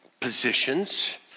positions